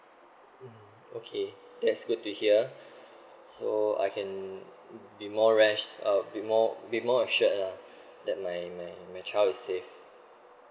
mm okay that's good to hear so I can be more rest uh be more be more assured ah that my my child is safe